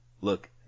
Look